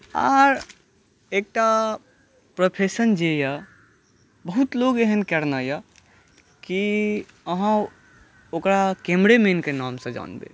आर एकटा प्रोफेशन जे यऽ बहुत लोक एहन कयने यऽ कि अहाँ ओकरा कैमरे मैन सॅं जानबै